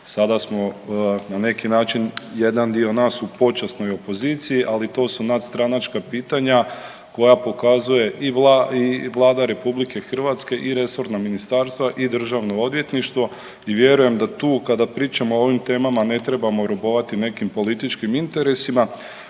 sada smo na neki način jedan dio nas u počasnoj opoziciji, ali to su nadstranačka pitanja koja pokazuje i Vlada RH i resorna ministarstva i državno odvjetništvo i vjerujem da tu kada pričamo o ovim temama ne trebamo robovati nekim političkim interesima.